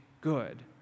good